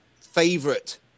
favorite